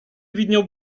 widniał